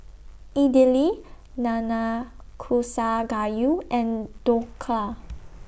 Idili Nanakusa Gayu and Dhokla